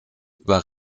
über